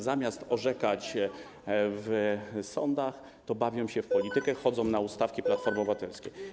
Zamiast orzekać w sądach, bawią się w politykę, chodzą na ustawki Platformy Obywatelskiej.